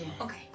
Okay